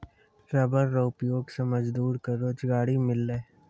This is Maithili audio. रबर रो उपयोग से मजदूर के रोजगारी मिललै